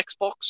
Xbox